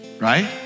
right